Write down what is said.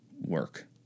work